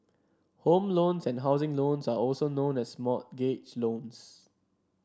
home loans and housing loans are also known as mortgage loans